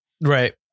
Right